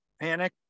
panic